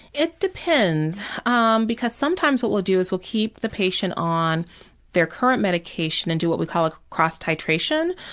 it depends um because sometimes what we'll do is we'll keep the patient on their current medication and do what we call a cross-titration,